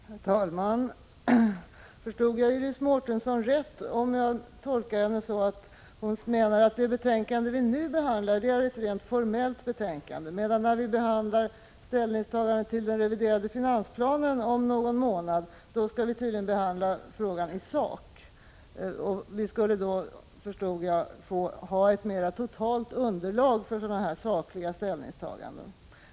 Herr talman! Förstod jag Iris Mårtensson rätt när jag tolkade henne så, att hon menar att det betänkande som vi nu behandlar är ett rent formellt betänkande, medan behandlingen av den reviderade finansplanen om någon månad blir en behandling i sak? Såvitt jag förstår menade hon att vi då skulle ha ett mera totalt underlag för sakliga ställningstaganden.